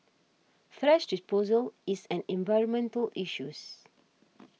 thrash disposal is an environmental issues